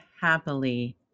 happily